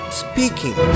speaking